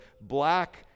black